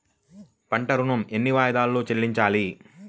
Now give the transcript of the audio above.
పంట ఋణం ఎన్ని వాయిదాలలో చెల్లించాలి?